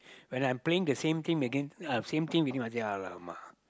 when I'm playing the same team against uh same team with him I say !alamak!